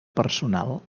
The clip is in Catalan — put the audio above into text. personal